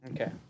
Okay